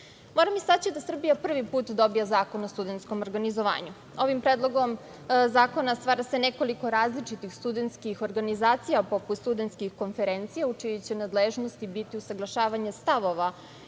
istaći da Srbija prvi put dobija Zakon o studentskom organizovanju. Ovim predlogom zakona stvara se nekoliko različitih studentskih organizacija, poput studentskih konferencija, u čijoj će nadležnosti biti usaglašavanje stavova